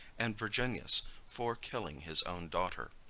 and virginius for killing his own daughter.